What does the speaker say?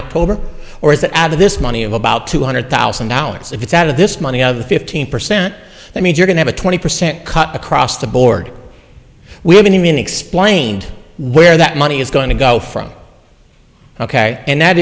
october or is that out of this money of about two hundred thousand dollars if it's out of this money out of the fifteen percent that means you can have a twenty percent cut across the board we have an immune explained where that money is going to go from ok and that